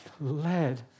led